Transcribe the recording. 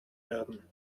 werden